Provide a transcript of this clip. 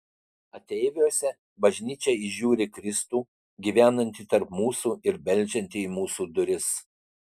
ateiviuose bažnyčia įžiūri kristų gyvenantį tarp mūsų ir beldžiantį į mūsų duris